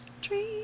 Dream